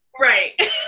right